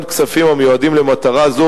גם כספים המיועדים למטרה זו,